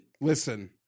Listen